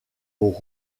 nos